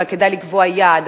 אבל כדאי לקבוע יעד,